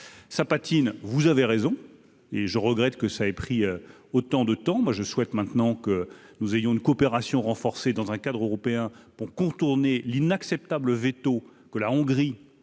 ça patine, vous avez raison et je regrette que ça ait pris autant de temps, moi je souhaite maintenant que nous ayons une coopération renforcée dans un cadre européen pour contourner l'inacceptable le véto que la Hongrie